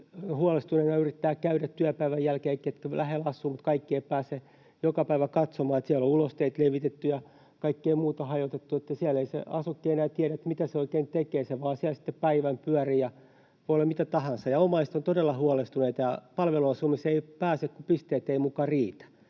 huolestuneina yrittävät käydä työpäivän jälkeen ne, ketkä lähellä asuvat — kaikki eivät pääse joka päivä katsomaan — niin siellä on ulosteet levitetty ja kaikkea muuta hajotettu, siellä ei se asukki enää tiedä, mitä hän oikein tekee. Hän vain siellä sitten päivän pyörii, ja voi olla mitä tahansa. Omaiset ovat todella huolestuneita: palveluasumiseen ei pääse, kun pisteet eivät muka riitä.